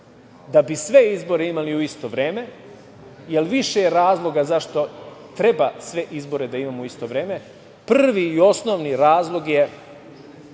Da bi sve izbore imali u isto vreme, jer više je razloga zašto treba sve izbore da imamo u isto vreme. Prvi i osnovni razlog je